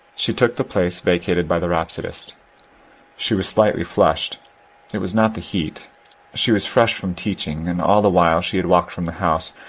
she took the place vacated by the rhapsodist she was slightly flushed it was not the heat she was fresh from teaching, and all the while she had walked from the house,